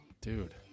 dude